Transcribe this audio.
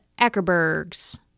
ackerbergs